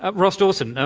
ah ross dawson, um